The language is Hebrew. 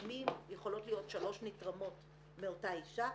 לפעמים יכולות להיות שלוש נתרמות מאותה אישה.